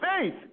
faith